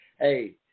hey